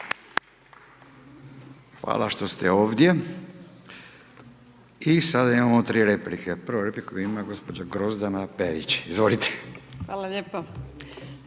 Hvala što ste ovdje. I sada imamo tri replike. Prvu repliku ima gospođa Grozdana Perić. Izvolite. **Perić,